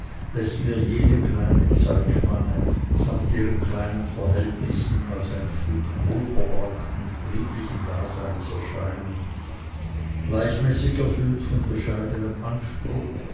läßt mir jene kleine spanne zeit samt ihren kleinen verhältnissen als ein stück wohlverbrachten friedlichen daseins erscheinen gleichmäßig erfüllt von bescheidenem anspruch